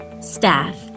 staff